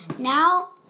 Now